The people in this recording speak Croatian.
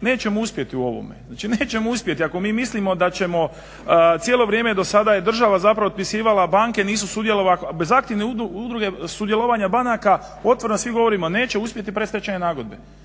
nećemo uspjeti u ovome. Znači, nećemo uspjeti. Ako mi mislimo da ćemo cijelo vrijeme dosada je država zapravo otpisivala banke, bez aktivne uloge sudjelovanja banaka otvoreni svi govorimo neće uspjeti predstečajne nagodbe.